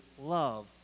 love